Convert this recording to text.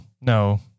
no